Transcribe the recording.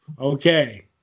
Okay